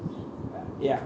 ya ya